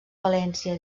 valència